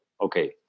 okay